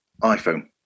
iPhone